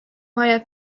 vaja